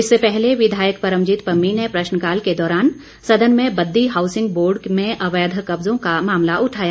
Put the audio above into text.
इससे पहले विधायक परमजीत पम्मी ने प्रश्नकाल के दौरान सदन में बद्दी हाऊसिंग बोर्ड में अवैध कब्जों का मामला उठाया